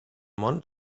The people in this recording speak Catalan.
món